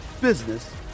business